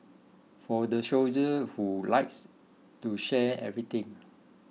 for the soldier who likes to share everything